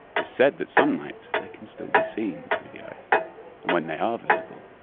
he said that some nights they can still be seen through the ice and when they are visible,